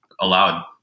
allowed